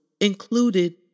included